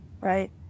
right